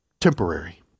temporary